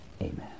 amen